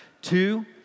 Two